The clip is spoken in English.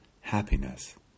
happiness